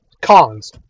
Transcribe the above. cons